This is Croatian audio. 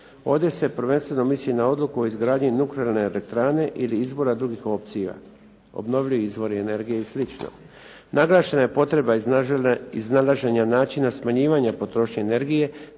Ovdje se prvenstveno misli na odluku o izgradnji nuklearne elektrane ili izbora drugih opcija, obnovljivi izvori energije i slično. Naglašena je potreba iznalaženja načina smanjivanja potrošnje energije